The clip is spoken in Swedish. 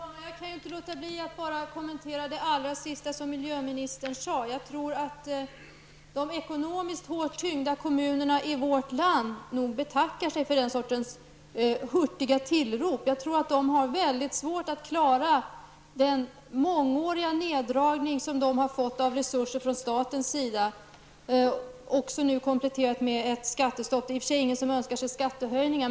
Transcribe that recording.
Fru talman! Jag kan inte låta bli att kommentera det allra sista som miljöministern sade. Ekonomiskt hårt tyngda kommuner betackar sig nog för den här sortens hurtiga tillrop. Jag tror att de har mycket svårt att klara den neddragning av resurser från statens sida som pågått i många år och som nu har kompletterats med ett skattestopp. I och för sig är det väl ingen som önskar sig skattehöjningar.